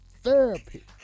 therapy